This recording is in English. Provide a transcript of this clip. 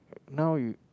now you